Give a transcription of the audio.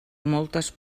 moltes